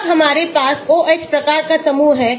जब हमारे पास OH प्रकार का समूह है